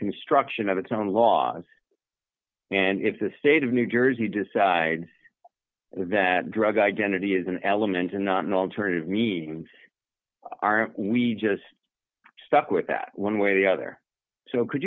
construction of its own laws and if the state of new jersey decides that drug identity is an element and not an alternative meanings are we just stuck with that one way or the other so could